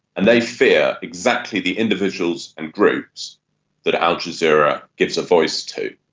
and they fear exactly the individuals and groups that al jazeera gives a voice to.